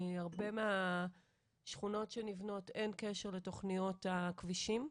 בהרבה מהשכונות שנבנות אין קשר לתכניות הכבישים.